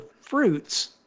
fruits